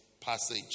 passage